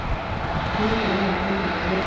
आं हां हां हे सगळे आयटम्स तुमचे कडेन